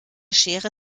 schere